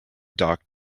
dock